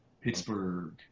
Pittsburgh